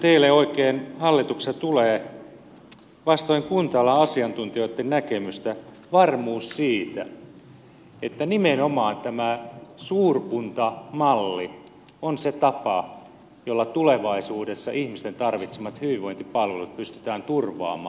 mistä teille oikein hallitukseen tulee vastoin kunta alan asiantuntijoitten näkemystä varmuus siitä että nimenomaan tämä suurkuntamalli on se tapa jolla tulevaisuudessa ihmisten tarvitsemat hyvinvointipalvelut pystytään turvaamaan